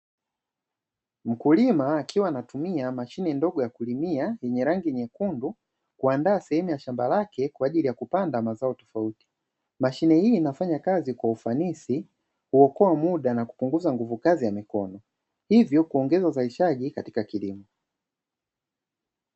Mkulima akiwa anatumia mashine ndogo ya kulimia yenye rangi nyekundu, kuandaa sehemu ya shamba lake, kwa ajili ya kupanda mazao tofauti, mashine hii inafanya kazi kwa ufanisi, kuokoa mda na kupunguza nguvu kazi ya mikono, hivyo kuongeza uzalishaji katika kilimo.